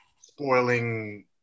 spoiling